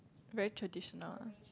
very traditional ah